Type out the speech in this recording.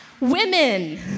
women